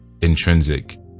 intrinsic